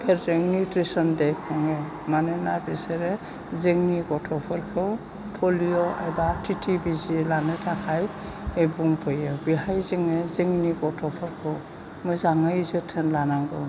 फोरजों nutrition day खुङो मानोना बिसोरो जोंनि गथ'फोरखौ पलिय' एबा टि टि बिजि लानो थाखाय बुंफैयो बेवहाय जोङो जोंनि गथ'फोरखौ मोजाङै जोथोन लानांगौ